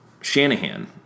Shanahan